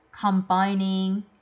combining